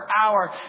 hour